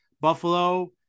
Buffalo